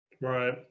Right